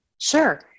Sure